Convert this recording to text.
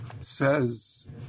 Says